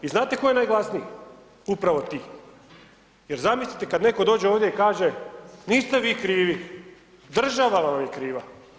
I znate tko je najglasniji, upravo ti, jer zamislite kad netko dođe ovdje i kaže, niste vi krivi, država vam je kriva.